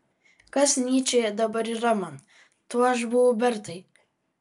kas nyčė dabar yra man tuo aš buvau bertai